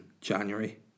January